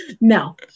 No